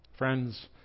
Friends